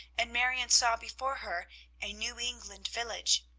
and marion saw before her a new england village.